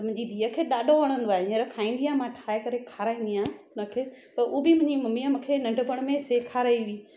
त मुंहिंजी धीउ खे ॾाढो वणंदो आहे हींअर खाईंदी आहे मां ठाहे करे खाराईंदी आहियां उनखे पोइ उहा बि मुंहिंजी मम्मीअ मूंखे नंढपण में सेखारियो